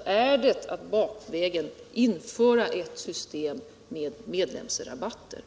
- är det au bakvägen införa ett system med medlemsrabatter.